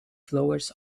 flowers